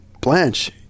blanche